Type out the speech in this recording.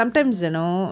ya